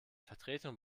vertretung